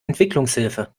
entwicklungshilfe